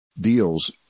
deals